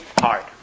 hard